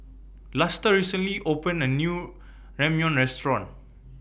Luster recently opened A New Ramyeon Restaurant